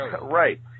Right